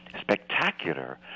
spectacular